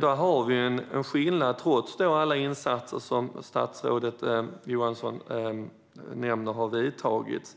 Det är alltså en skillnad trots alla insatser som statsrådet Johansson nämner har vidtagits.